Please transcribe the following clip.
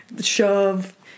shove